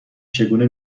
چگونه